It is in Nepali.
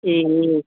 ए